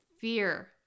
fear